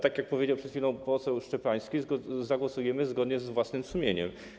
Tak jak powiedział przed chwilą poseł Szczepański, zagłosujemy zgodnie z własnym sumieniem.